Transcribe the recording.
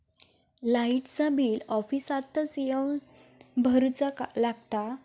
लाईटाचा बिल ऑफिसातच येवन भरुचा लागता?